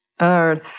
Earth